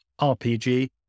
rpg